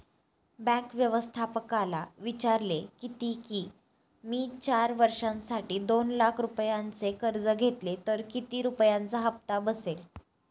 bank व्यवस्थापकाला विचारले किती की, मी चार वर्षांसाठी दोन लाख रुपयांचे कर्ज घेतले तर किती रुपयांचा हप्ता बसेल